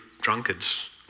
drunkards